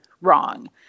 wrong